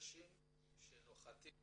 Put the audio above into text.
שנוחתים